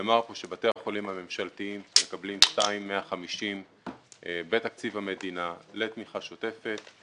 נאמר כאן שבתי החולים הממשלתיים מקבלים בתקציב המדינה לתמיכה שוטפת,